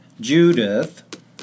Judith